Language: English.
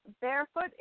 barefoot